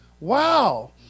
Wow